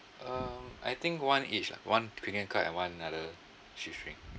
um I think one each lah one crinkle cut and one another shoe string